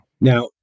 Now